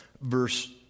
verse